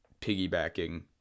piggybacking